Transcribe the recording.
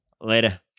Later